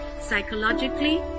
psychologically